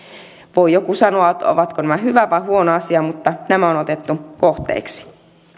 voi joku sanoa ovatko nämä hyvä vai huono asia mutta nämä on otettu kohteiksi